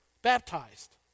baptized